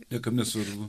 niekam nesvarbu